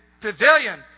pavilion